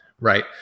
right